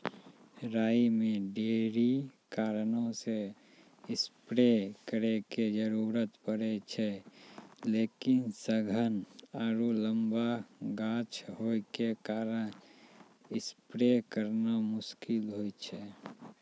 राई मे ढेरी कारणों से स्प्रे करे के जरूरत पड़े छै लेकिन सघन आरु लम्बा गाछ होय के कारण स्प्रे करना मुश्किल होय छै?